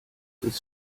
ist